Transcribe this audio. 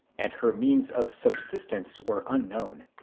and her means of subsistence were unknown.